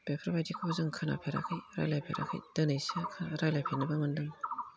बेफोरबायदिखौ जों खोनाफेराखै रायज्लायफेराखै दोनैसो रायज्लायफेरनोबो मोन्दों